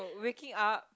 waking up